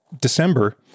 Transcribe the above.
December